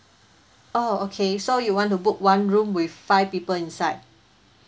oh okay so you want to book one room with five people inside